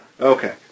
Okay